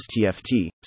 STFT